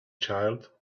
child